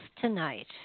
tonight